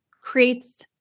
creates